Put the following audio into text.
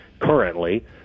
Currently